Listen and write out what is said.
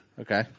Okay